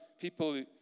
people